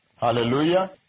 Hallelujah